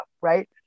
right